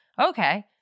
Okay